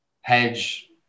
hedge